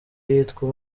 yitwa